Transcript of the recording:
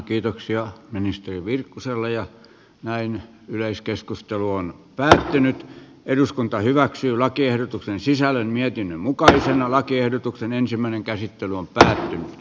kiitoksia ministeri virkkuselle ja näin yleiskeskustelu on lähtenyt eduskunta hyväksyy lakiehdotuksen sisällön mietinnön mukaisena lakiehdotuksen ensimmäinen käsittely on tähti v